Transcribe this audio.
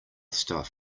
stuff